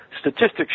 Statistics